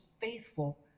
faithful